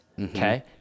okay